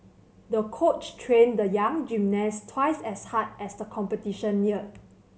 the coach trained the young gymnast twice as hard as the competition neared